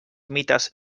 mites